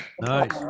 Nice